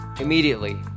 Immediately